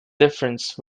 difference